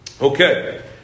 Okay